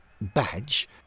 Badge